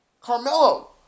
Carmelo